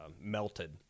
melted